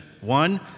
One